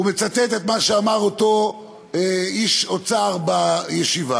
הוא מצטט את מה שאמר אותו איש אוצר בישיבה,